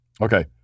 Okay